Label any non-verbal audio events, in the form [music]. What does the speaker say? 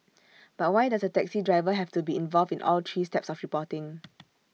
but why does the taxi driver have to be involved in all three steps of reporting [noise]